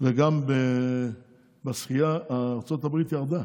וגם בשחייה ארצות הברית ירדה?